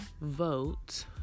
Vote